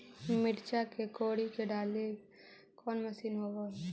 मिरचा के कोड़ई के डालीय कोन मशीन होबहय?